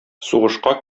сугышка